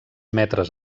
metres